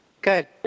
Good